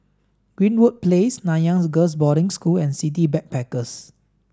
Greenwood Place Nanyang's Girls' Boarding School and City Backpackers